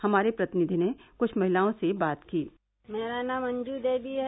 हमारे प्रतिनिधि ने कुछ महिलाओं से बात की मेरा नाम अंजू देवी है